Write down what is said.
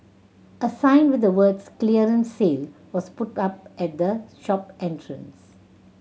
a sign with the words clearance sale was put up at the shop entrance